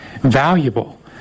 valuable